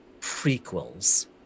prequels